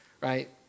right